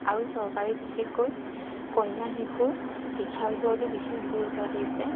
আৰু চৰকাৰে বিশেষকৈ কন্যা শিশুৰ শিক্ষাৰ ওপৰতো বিশেষ গুৰুত্ব দিছে